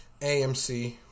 AMC